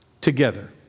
together